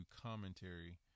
commentary